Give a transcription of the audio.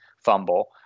fumble